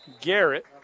Garrett